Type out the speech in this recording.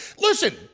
Listen